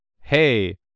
hey